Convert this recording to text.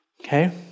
okay